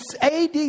AD